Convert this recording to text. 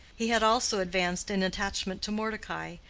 he had also advanced in attachment to mordecai,